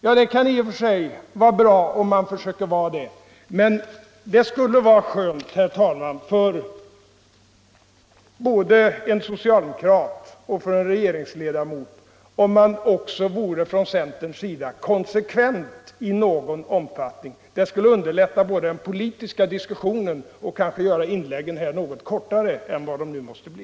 Ja, det är i och för sig bra, men det vore skönt, herr talman, för både en socialdemokrat och en regeringsledamot om man från centerns sida också vore konsekvent i någon omfattning. Det skulle både underlätta den politiska diskussionen och kanske göra inläggen här i kammaren något kortare än vad de nu måste bli.